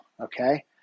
okay